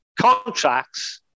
contracts